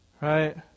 Right